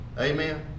Amen